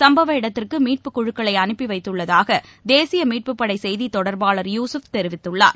சுப்பவ இடத்திற்குமீட்பு குழுக்களைஅனுப்பிவைத்துள்ளதாகதேசியமீட்பு படைசெய்திதொடர்பாளர் யூகப் தெரிவித்துள்ளார்